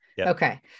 okay